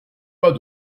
pas